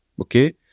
okay